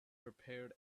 prepared